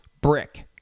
brick